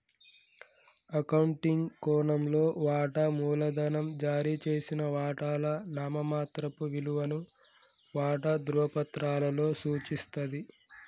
accounting కోణంలో, వాటా మూలధనం జారీ చేసిన వాటాల నామమాత్రపు విలువను వాటా ధృవపత్రాలలో సూచిస్తది